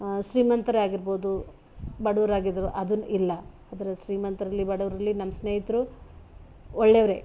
ಶ್ರೀಮಂತರಾಗಿರ್ಬೋದು ಬಡುವರಾಗಿದ್ರು ಅದುನ್ನ ಇಲ್ಲ ಅದ್ರ ಶ್ರೀಮಂತ್ರಲ್ಲಿ ಬಡವರಲ್ಲಿ ನಮ್ಮ ಸ್ನೇಹಿತರು ಒಳ್ಳೆವ್ರೆ